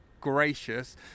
gracious